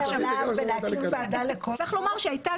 לצערי,